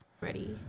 Ready